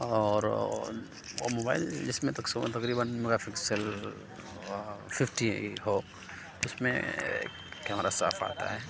اور اور موبائل جس میں تک سو تقربیاً میگا پکسل ففٹی ہو اس میں کیمرہ صاف آتا ہے